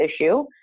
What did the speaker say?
issue